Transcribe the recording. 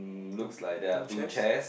um looks like there are two chairs